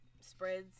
spreads